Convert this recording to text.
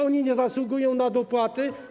Oni nie zasługują na dopłaty?